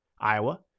Iowa